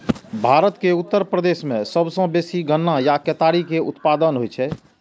भारत के उत्तर प्रदेश मे सबसं बेसी गन्ना या केतारी के उत्पादन होइ छै